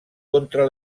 contra